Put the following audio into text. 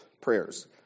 prayers